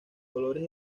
colores